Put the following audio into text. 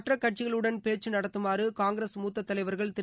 மற்ற கட்சிகளுடன் பேச்சு நடத்துமாறு காங்கிரஸ் மூத்த தலைவர்கள் திரு